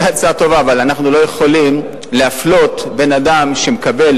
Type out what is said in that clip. אולי ההצעה טובה אבל אנחנו לא יכולים להפלות בין אדם שמקבל